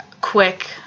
quick